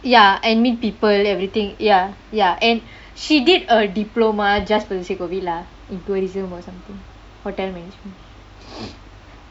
ya and meet people everything ya ya and she did a diploma just for the sake of it lah in tourism or something hotel management